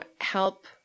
help